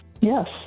Yes